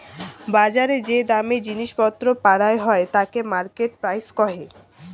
বজারে যে দামে জিনিস পত্র পারায় হই তাকে মার্কেট প্রাইস কহে